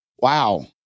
wow